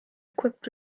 equipped